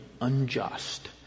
unjust